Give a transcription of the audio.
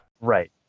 Right